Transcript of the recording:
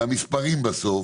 והמספרים בסוף,